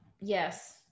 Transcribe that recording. yes